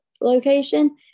location